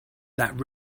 that